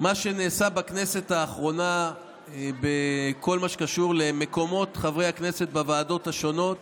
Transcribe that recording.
מה שנעשה בכנסת האחרונה בכל מה שקשור למקומות חברי הכנסת בוועדות השונות